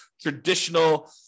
traditional